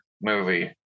movie